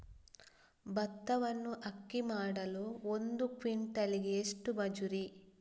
ಭತ್ತವನ್ನು ಅಕ್ಕಿ ಮಾಡಲು ಒಂದು ಕ್ವಿಂಟಾಲಿಗೆ ಎಷ್ಟು ಮಜೂರಿ?